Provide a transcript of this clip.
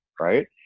right